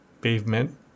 Pavement